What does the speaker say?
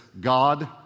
God